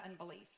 unbelief